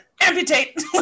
amputate